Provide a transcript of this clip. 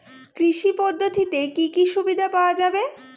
কৃষি পদ্ধতিতে কি কি সুবিধা পাওয়া যাবে?